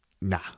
nah